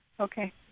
Okay